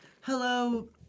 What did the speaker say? hello